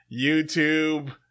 YouTube